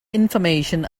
information